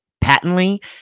patently